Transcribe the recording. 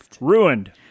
Ruined